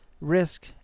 risk